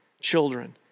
children